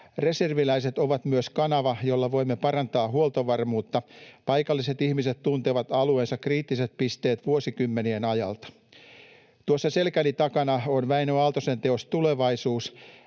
Reserviläiset ovat myös kanava, jolla voimme parantaa huoltovarmuutta. Paikalliset ihmiset tuntevat alueensa kriittiset pisteet vuosikymmenien ajalta. Tuossa selkäni takana on Wäinö Aaltosen teos Tulevaisuus.